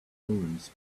poems